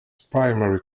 primary